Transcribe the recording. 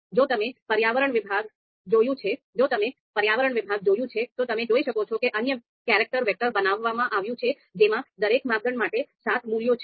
જો તમે પર્યાવરણ વિભાગ જુઓ છો તો તમે જોઈ શકો છો કે અન્ય કેરેક્ટર વેક્ટર બનાવવામાં આવ્યું છે જેમાં દરેક માપદંડ માટે સાત મૂલ્યો છે